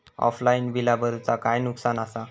Offline बिला भरूचा काय नुकसान आसा?